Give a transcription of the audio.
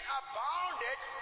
abounded